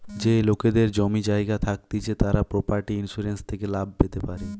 যেই লোকেদের জমি জায়গা থাকতিছে তারা প্রপার্টি ইন্সুরেন্স থেকে লাভ পেতে পারে